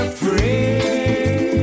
free